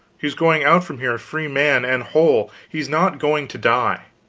he's going out from here a free man and whole he's not going to die.